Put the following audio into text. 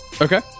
Okay